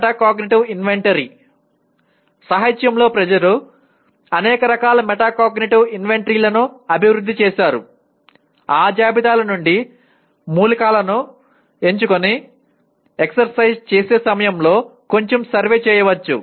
metacognitive inventory సాహిత్యంలో ప్రజలు అనేక రకాల మెటాకాగ్నిటివ్ ఇన్వెంటరీలను అభివృద్ధి చేశారు ఆ జాబితాల నుండి మూలకాలను ఎంచుకొని ఎక్సర్సైజ్ చేసే సమయంలో కొంచెం సర్వే చేయవచ్చు